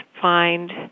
find